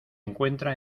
encuentra